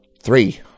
Three